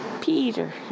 Peter